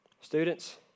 Students